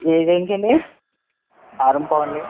ఏ ట్రైన్కండి ఆరుంప్పావు అండి